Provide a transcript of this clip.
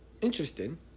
Interesting